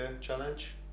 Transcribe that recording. challenge